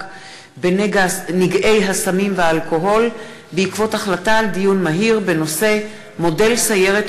בנגעי הסמים והאלכוהול בעקבות דיון מהיר בנושא: מודל סיירת